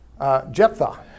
Jephthah